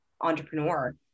entrepreneur